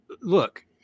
look